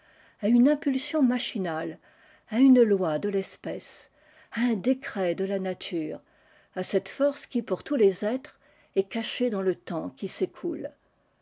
à une impulsion machinale à une loi de l'espèce à un décret de la nature à cette force qui pour tous les êtres est cachée dans le temps qui s'écoule